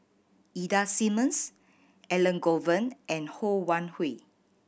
Ida Simmons Elangovan and Ho Wan Hui